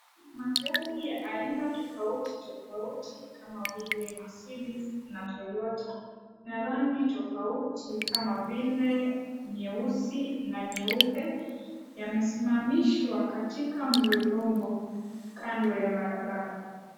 Magari ya aina tofauti tofauti kama vile Mercedes na Toyota ya rangi tofauti kama vile nyeusi na nyeupe, yamesimamishwa katika mlolongo, kando ya barabara.